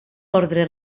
ordre